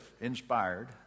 inspired